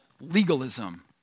legalism